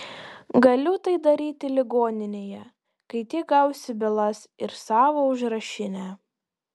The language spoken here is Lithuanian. galiu tai daryti ligoninėje kai tik gausiu bylas ir savo užrašinę